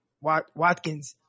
Watkins